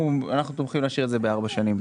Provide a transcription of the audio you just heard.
אנחנו תומכים להשאיר את זה על ארבע שנים.